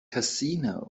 casino